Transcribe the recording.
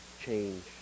change